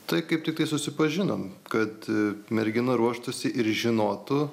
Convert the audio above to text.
tai kaip tiktai susipažinom kad mergina ruoštųsi ir žinotų